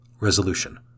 Resolution